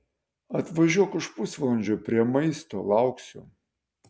atvažiuok už pusvalandžio prie maisto lauksiu